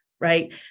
right